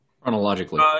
Chronologically